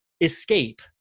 escape